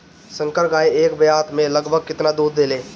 संकर गाय एक ब्यात में लगभग केतना दूध देले?